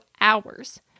hours